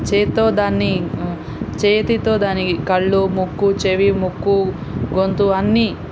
చేత్తో దాన్ని చేతితో దాన్ని కళ్ళు ముక్కు చెవి ముక్కు గొంతు అన్నీ